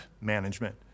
management